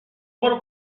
برو